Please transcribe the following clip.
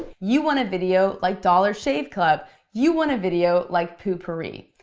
you want a video like dollar shave club. you want a video like poo pourri.